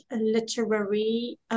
literary